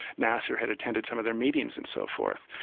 nasser had attended some of their meetings, and so forth.